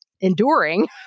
enduring